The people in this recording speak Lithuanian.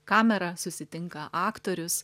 kamera susitinka aktorius